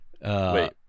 Wait